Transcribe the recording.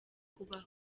kubaho